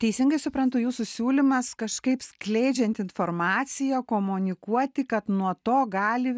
teisingai suprantu jūsų siūlymas kažkaip skleidžiant informaciją komunikuoti kad nuo to gali